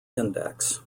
index